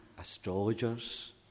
astrologers